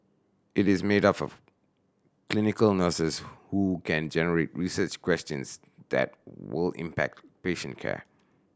it is made up of clinical nurses who can generate research questions that will impact patient care